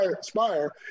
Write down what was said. Spire